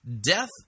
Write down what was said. Death